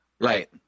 right